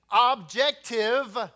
Objective